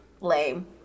lame